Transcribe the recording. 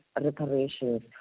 reparations